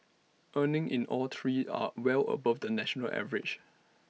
earnings in all three are well above the national average